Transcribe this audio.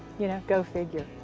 you know. go figure.